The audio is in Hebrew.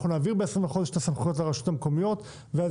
אנחנו נעביר ב-20 בחודש את הסמכויות לרשויות המקומיות ואז